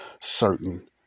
certain